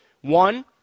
one